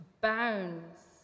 bounds